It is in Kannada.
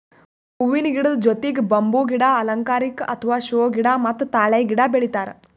ಹೂವಿನ ಗಿಡದ್ ಜೊತಿಗ್ ಬಂಬೂ ಗಿಡ, ಅಲಂಕಾರಿಕ್ ಅಥವಾ ಷೋ ಗಿಡ ಮತ್ತ್ ತಾಳೆ ಗಿಡ ಬೆಳಿತಾರ್